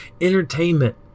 Entertainment